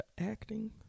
Acting